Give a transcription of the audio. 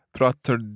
Pratar